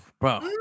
bro